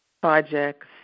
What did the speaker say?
projects